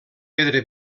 pedra